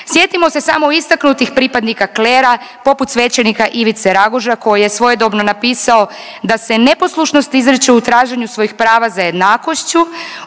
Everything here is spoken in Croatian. Sjetimo se samo istaknutih pripadnika klera poput svećenika Ivice Raguža koji je svojedobno napisao da se neposlušnost izriče u traženju svojih prava za jednakošću